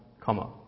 comma